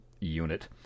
unit